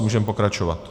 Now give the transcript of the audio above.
Můžeme pokračovat.